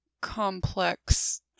complex